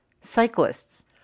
cyclists